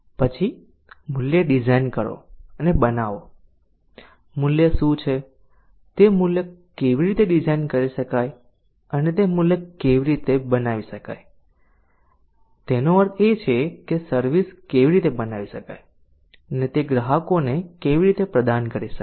પછી મૂલ્ય ડિઝાઇન કરો અને બનાવો મૂલ્ય શું છે તે મૂલ્ય કેવી રીતે ડિઝાઇન કરી શકાય અને તે મૂલ્ય કેવી રીતે બનાવી શકાય તેનો અર્થ એ છે કે સર્વિસ કેવી રીતે બનાવી શકાય અને તે ગ્રાહકોને કેવી રીતે પ્રદાન કરી શકાય